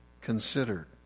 considered